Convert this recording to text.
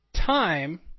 Time